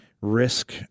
risk